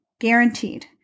guaranteed